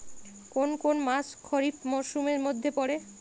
কোন কোন মাস খরিফ মরসুমের মধ্যে পড়ে?